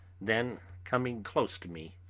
then, coming close to me,